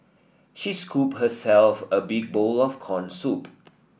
she scooped herself a big bowl of corn soup